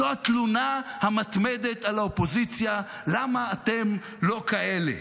זו התלונה המתמדת על האופוזיציה: למה אתם לא כאלה?